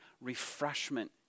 refreshment